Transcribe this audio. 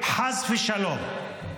חס ושלום.